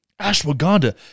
ashwagandha